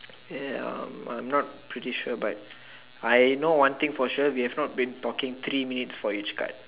ya I'm not pretty sure but I know one thing for sure we have not been talking three minutes for each card